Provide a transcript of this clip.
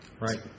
Right